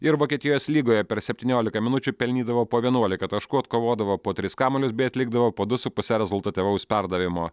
ir vokietijos lygoje per septyniolika minučių pelnydavo po vienuolika taškų atkovodavo po tris kamuolius bei atlikdavo po du su puse rezultatyvaus perdavimo